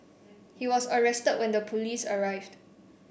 he was arrested when the police arrived